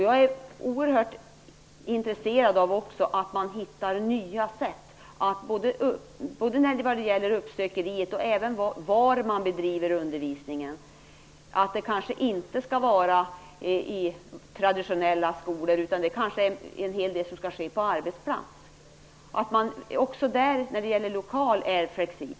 Jag är också oerhört intresserad av att hitta nya metoder både inom uppsökeriet och vad gäller var man bedriver undervisningen. Denna skall kanske inte ges i traditionella skolor, utan måhända skall en hel del ske på arbetsplatsen. Man skall vara flexibel också när det gäller lokalerna.